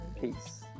Peace